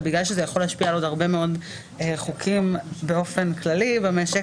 ובגלל שזה יכול להשפיע על עוד הרבה מאוד חוקים באופן כללי במשק,